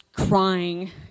crying